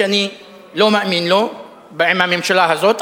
שאני לא מאמין לו עם הממשלה הזאת,